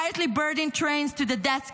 quietly boarding trains to the death camps.